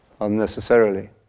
unnecessarily